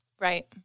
Right